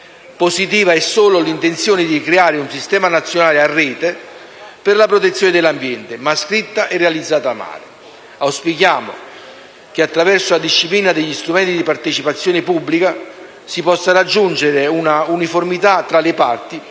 Positiva è solo l'intenzione di creare un Sistema nazionale a rete per la protezione dell'ambiente, ma scritta e realizzata male. Auspichiamo che attraverso la disciplina degli strumenti di partecipazione pubblica si possa raggiungere un'uniformità tra le parti,